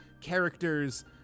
characters